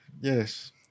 yes